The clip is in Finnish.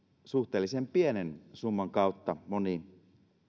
suhteellisen pienen summan kautta moni